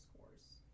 scores